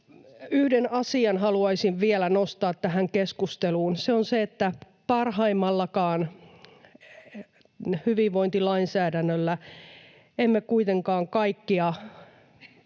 Yhden asian haluaisin vielä nostaa tähän keskusteluun. Se on se, että parhaimmallakaan hyvinvointilainsäädännöllä emme kuitenkaan kaikkia